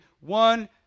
One